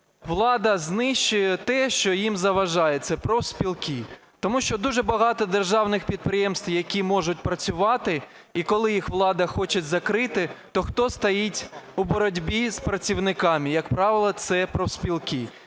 влада знищує те, що їм заважає – це профспілки. Тому що дуже багато державних підприємств, які можуть працювати, і коли їх влада хоче закрити, то хто стоїть у боротьбі з працівниками, як правило, це профспілки.